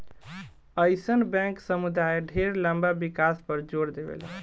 अइसन बैंक समुदाय ढेर लंबा विकास पर जोर देवेला